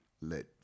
let